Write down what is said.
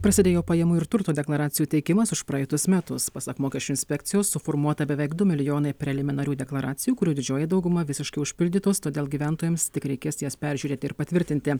prasidėjo pajamų ir turto deklaracijų teikimas už praeitus metus pasak mokesčių inspekcijos suformuota beveik du milijonai preliminarių deklaracijų kurių didžioji dauguma visiškai užpildytos todėl gyventojams tik reikės jas peržiūrėti ir patvirtinti